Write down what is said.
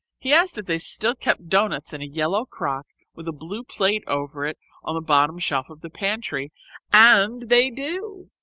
he asked if they still kept doughnuts in a yellow crock with a blue plate over it on the bottom shelf of the pantry and they do!